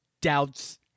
doubts